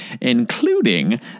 including